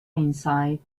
inside